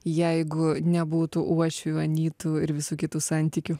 jeigu nebūtų uošvių anytų ir visų kitų santykių